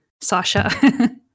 Sasha